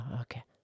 okay